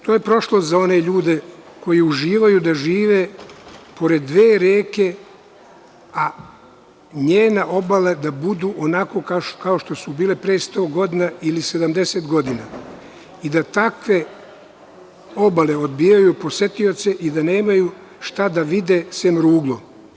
To je prošlost za one ljude koji uživaju da žive pored dve reke, a njene obale da budu onakve kao što su bile pre 100 godina ili 70 godina, da takve obale odbijaju posetioce i da oni nemaju šta da vide sem rugla.